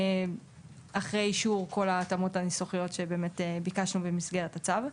אחרי אישור כל ההתאמות הניסוחיות שבאמת ביקשנו במסגרת הצו.